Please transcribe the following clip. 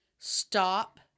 Stop